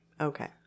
okay